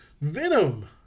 Venom